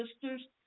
sisters